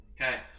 Okay